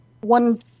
One